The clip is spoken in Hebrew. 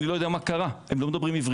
אני לא יודע מה קרה, הם לא מדברים עברית.